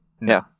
No